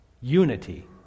unity